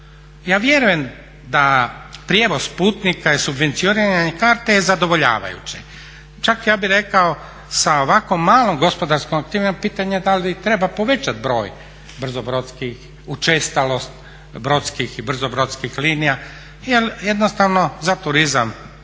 Ja vjerujem da prijevoz putnika i subvencioniranje karte je zadovoljavajuće. Čak ja bih rekao sa ovako malom gospodarskom aktivnosti pitanje je da li treba povećati broj brzobrodskih, učestalost brodskih i brzobrodskih linija jer jednostavno za turizam